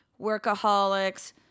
Workaholics